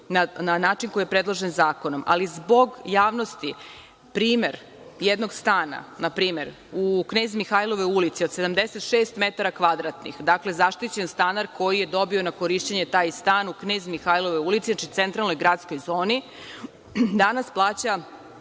na način koji je predložen zakon. Ali, zbog javnosti, primer jednog stana, na primer, u Knez Mihajlovoj ulici od 76 metara kvadratnih, zaštićen stanar koji je dobio na korišćenje taj stan u Knez Mihajlovoj ulici, u centralnoj gradskoj zoni, danas plaća,